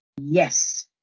Yes